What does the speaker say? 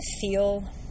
feel